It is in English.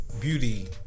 Beauty